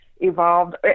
evolved